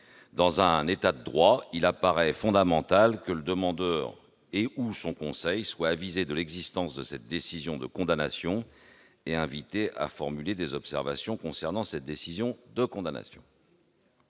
Dans un État de droit, il apparaît fondamental que le demandeur et/ou son conseil soient avisés de l'existence de cette décision de condamnation et invités à formuler des observations la concernant. Quel est l'avis de la commission